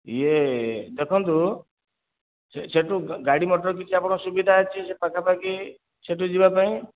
ୟେ ଦେଖନ୍ତୁ ସେଇଠୁ ଗାଡ଼ି ମଟର କିଛି ଆପଣଙ୍କର ସୁବିଧା ଅଛି ସେ ପାଖା ପାଖି ସେଇଠୁ ଯିବା ପାଇଁ